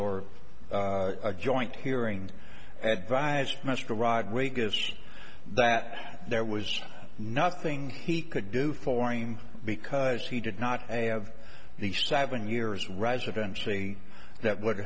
or a joint hearing advised mr rodriguez that there was nothing he could do for him because he did not have the seven years residentially that would